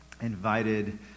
invited